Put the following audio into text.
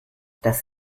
das